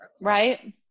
Right